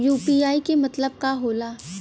UPI के मतलब का होला?